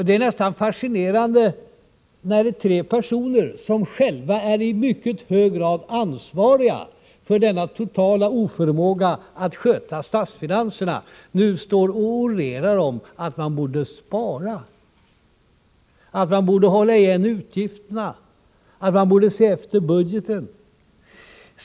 Det är nästan fascinerande när de tre personer som själva är i mycket hög, grad ansvariga för denna totala oförmåga att sköta statsfinanserna nu står och orerar om att man borde spara, att man borde hålla igen utgifterna, att man borde se efter budgeten.